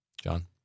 John